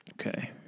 Okay